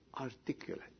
articulate